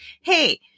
Hey